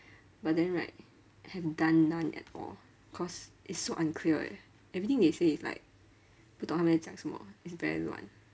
but then right I have done none at all cause it's so unclear eh everything they say is like 不懂他在讲什么 it's very 乱